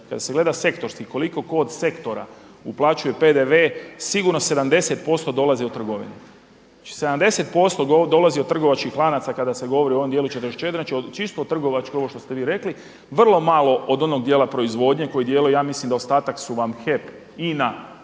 kada se gleda sektorski koliko ko od sektora uplaćuje PDV sigurno 70% dolazi od trgovine. Znači 70% dolazi od trgovačkih lanaca kada se govori u ovom djelu 44, znači čisto od trgovačke ovo što ste vi rekli, vrlo malo od onog djela proizvodnje koji djeluje, ja mislim da ostatak su vam HEP, INA